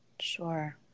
Sure